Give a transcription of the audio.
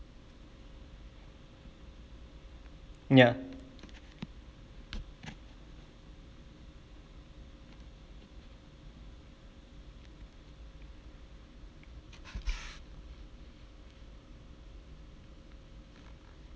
ya